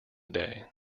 day